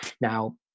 Now